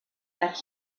that